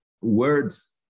words